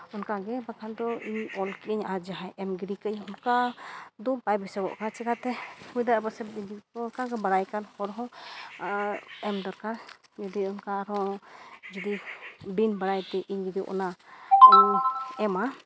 ᱚᱱᱠᱟ ᱜᱮ ᱵᱟᱠᱷᱟᱱ ᱫᱚ ᱤᱧ ᱚᱞ ᱠᱤᱭᱟᱹᱧ ᱟᱨ ᱡᱟᱦᱟᱸᱭ ᱮᱢ ᱜᱤᱰᱤ ᱠᱟᱜᱼᱟᱹᱧ ᱚᱱᱠᱟ ᱫᱚ ᱵᱟᱭ ᱵᱮᱥᱚᱜᱚᱜ ᱠᱟᱱᱟ ᱪᱤᱠᱟᱹᱛᱮ ᱦᱩᱭ ᱫᱟᱲᱮᱭᱟᱜᱼᱟ ᱯᱟᱥᱮ ᱩᱱᱤ ᱫᱚ ᱚᱱᱠᱟᱜᱮ ᱵᱟᱲᱟᱭ ᱠᱟᱱ ᱦᱚᱲ ᱦᱚᱸ ᱮᱢ ᱫᱚᱨᱠᱟᱨ ᱡᱩᱫᱤ ᱚᱱᱠᱟ ᱟᱨᱦᱚᱸ ᱡᱩᱫᱤ ᱵᱤᱱ ᱵᱟᱲᱟᱭ ᱛᱮ ᱤᱧ ᱡᱩᱫᱤ ᱚᱱᱟ ᱚᱞᱤᱧ ᱮᱢᱟ